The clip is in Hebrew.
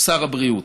שר הבריאות.